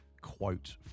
quote